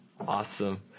Awesome